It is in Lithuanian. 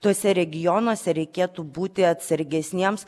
tuose regionuose reikėtų būti atsargesniems